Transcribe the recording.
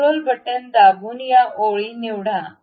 control button दाबून या ओळी निवडा